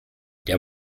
der